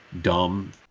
dumb